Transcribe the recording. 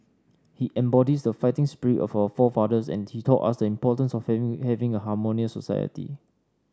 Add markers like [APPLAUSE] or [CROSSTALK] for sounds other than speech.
he embodies the fighting spirit of our forefathers and he taught us the importance of [UNINTELLIGIBLE] having a harmonious society